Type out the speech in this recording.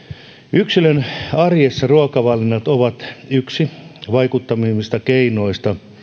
yksilön arjessa ruokavalinnat ovat yksi vaikuttavimmista keinoista